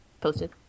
posted